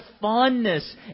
fondness